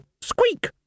Squeak